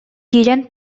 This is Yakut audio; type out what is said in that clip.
киирэн